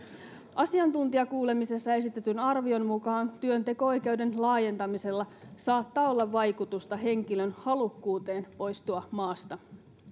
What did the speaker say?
asiantuntijakuulemisessa esitetyn arvion mukaan työnteko oikeuden laajentamisella saattaa olla vaikutusta henkilön halukkuuteen poistua maasta